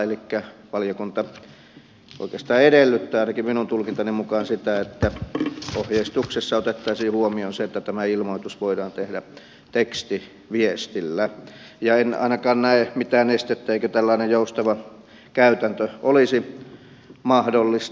elikkä valiokunta oikeastaan edellyttää ainakin minun tulkintani mukaan sitä että ohjeistuksessa otettaisiin huomioon se että tämä ilmoitus voidaan tehdä tekstiviestillä enkä minä ainakaan näe mitään estettä sille että tällainen joustava käytäntö olisi mahdollista